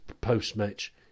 post-match